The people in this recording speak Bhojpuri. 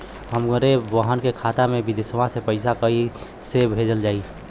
हमरे बहन के खाता मे विदेशवा मे पैसा कई से भेजल जाई?